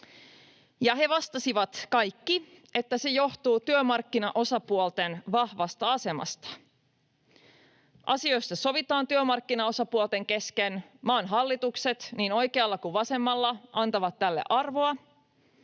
he vastasivat kaikki, että se johtuu työmarkkinaosapuolten vahvasta asemasta. Asioista sovitaan työmarkkinaosapuolten kesken. Maan hallitukset, niin oikealla kuin vasemmalla, antavat tälle arvoa,